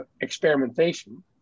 experimentation